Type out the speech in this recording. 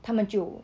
他们就